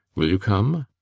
will you come?